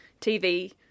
TV –